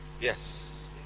Yes